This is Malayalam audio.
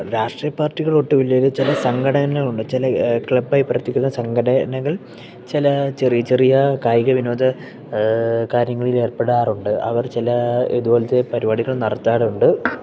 രാഷ്ട്രീയ പാർട്ടികളൊട്ടുമില്ലേൽ ചില സംഘടനകളുണ്ട് ചില ക്ലബ്ബായി പ്രവർത്തിക്കുന്ന സംഘടനങ്ങൾ ചില ചെറിയ ചെറിയ കായിക വിനോദ കാര്യങ്ങളിൽ ഏർപ്പെടാറുണ്ട് അവർ ചില ഇതു പോലത്തെ പരിപാടികൾ നടത്താറുണ്ട്